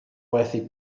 werthu